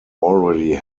already